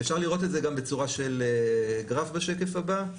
אפשר לראות את זה גם בצורה של גרף בשקף הבא.